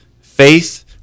faith